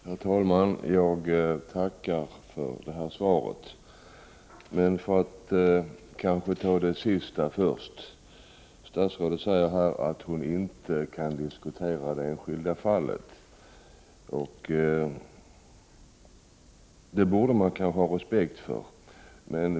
Herr talman! Jag tackar för svaret. För att ta det sista först, så säger statsrådet här att hon inte kan diskutera det enskilda fallet. Det borde man kanske ha respekt för.